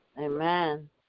Amen